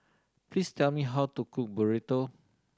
please tell me how to cook Burrito